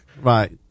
Right